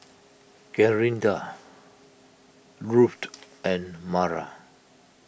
Clarinda Ruthe and Mara